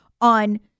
on